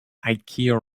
ikea